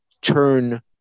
turn